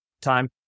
time